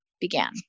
began